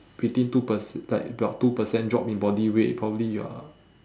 between two perc~ like about two percent drop in body weight probably you are